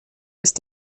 ist